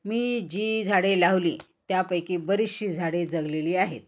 मी जी झाडे लावली त्यापैकी बरीचशी झाडे जगलेली आहेत